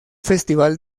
festival